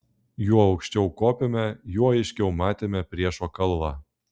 juo aukščiau kopėme juo aiškiau matėme priešo kalvą